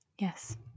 yes